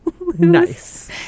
Nice